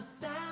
sound